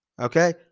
Okay